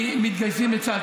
ואתם גם מבקשים להצביע על,